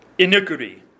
iniquity